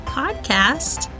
podcast